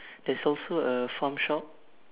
there's also a farm shop